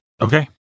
Okay